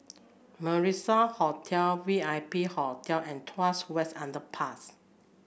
Marrison Hotel V I P Hotel and Tuas West Underpass